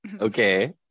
Okay